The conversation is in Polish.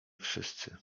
wszyscy